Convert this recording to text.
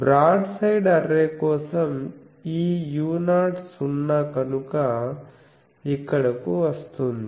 broad side array కోసం ఈ u0 సున్నా కనుక ఇక్కడకు వస్తుంది